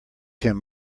him